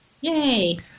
Yay